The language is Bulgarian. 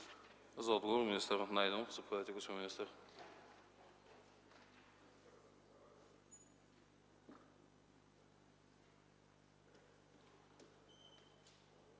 За отговор – министър Найденов. Заповядайте, господин министър.